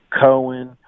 Cohen